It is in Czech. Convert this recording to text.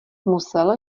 musel